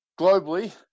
globally